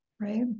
right